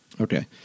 Okay